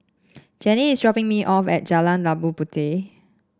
Jenni is dropping me off at Jalan Labu Puteh